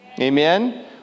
Amen